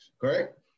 correct